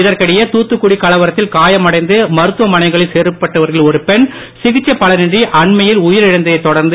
இதற்கிடையே தூத்துக்குடி கலவரத்தில் காயமடைந்து மருத்துவமனைகளில் சேர்க்கப்பட்டவர்களில் ஒரு பெண் சிகிச்சை பலனின்றி அண்மையில் உயிரிழந்ததை தொடர்ந்து